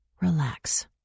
relax